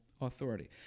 authority